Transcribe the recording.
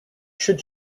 should